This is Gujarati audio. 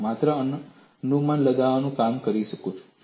તમે માત્ર અનુમાન લગાવવાનું કામ કરી શકો છો